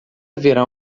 haverá